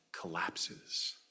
collapses